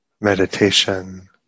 meditation